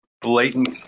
blatant